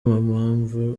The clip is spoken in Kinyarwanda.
mpamvu